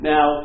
Now